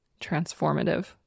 transformative